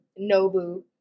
Nobu